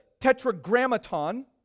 Tetragrammaton